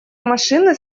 машины